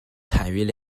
产于